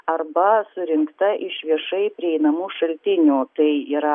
arba surinkta iš viešai prieinamų šaltinių tai yra